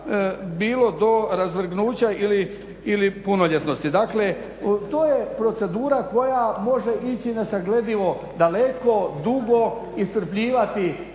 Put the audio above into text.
bilo do razvrgnuća ili punoljetnosti. Dakle, to je procedura koja može ići na sagledivo daleko dugo, iscrpljivati